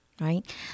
Right